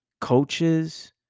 coaches